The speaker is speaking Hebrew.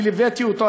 אני ליוויתי אותו,